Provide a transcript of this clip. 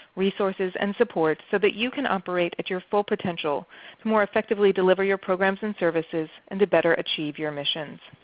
resources, and support, so that you can operate at your full potential to more effectively deliver your programs and services, and better achieve your missions.